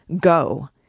Go